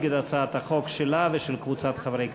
את הצעת החוק שלה ושל קבוצת חברי הכנסת.